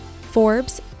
Forbes